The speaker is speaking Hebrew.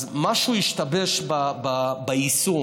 אז משהו השתבש ביישום.